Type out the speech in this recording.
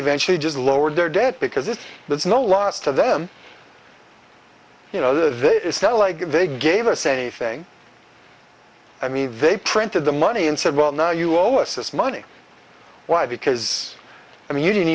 eventually just lowered their debt because it was no loss to them you know this is not like they gave us a thing i mean they printed the money and said well now you owe us this money why because i mean you didn't